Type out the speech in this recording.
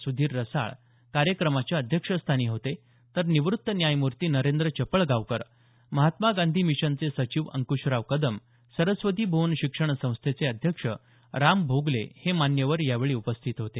सुधीर रसाळ कार्यक्रमाच्या अध्यक्षस्थानी होते तर निवृत्त न्यायमूर्ती नेंद्र चपळगावकर महात्मा गांधी मिशनचे सचिव अंक्शराव कदम सरस्वती भ्वन शिक्षण संस्थेचे अध्यक्ष राम भोगले आदी मान्यवर यावेळी उपस्थित होते